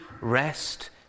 Rest